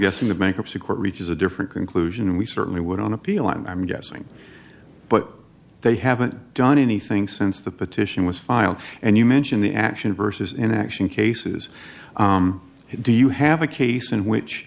guessing the bankruptcy court reaches a different conclusion and we certainly would on appeal and i'm guessing but they haven't done anything since the petition was filed and you mention the action vs inaction cases do you have a case in which